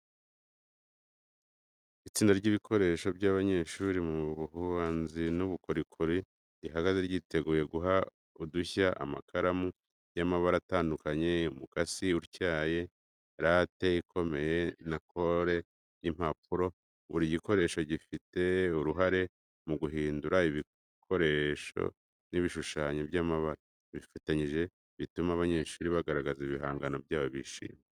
Itsinda ry'ibikoresho by’abanyeshuri mu buhanzi n’ubukorikori rihagaze ryiteguye guhanga udushya: amakaramu y’amabara atandukanye, umukasi utyaye, rate ikomeye na kore y'impapuro. Buri gikoresho gifite uruhare mu guhindura ibitekerezo n'ibishushanyo by’amabara. Bifatanyije, bituma abanyeshuri bagaragaza ibihangano byabo bishimye.